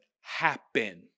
happen